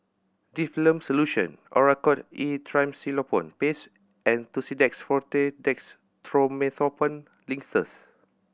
Difflam Solution Oracort E Triamcinolone Paste and Tussidex Forte Dextromethorphan Linctus